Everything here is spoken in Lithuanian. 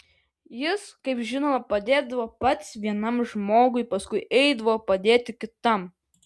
jis kaip žinome padėdavo pats vienam žmogui paskui eidavo padėti kitam